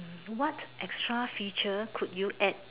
what extra feature could you add